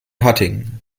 hattingen